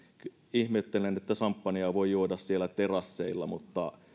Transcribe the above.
ihmettelen että samppanjaa voi juoda siellä terasseilla mutta